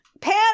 Pan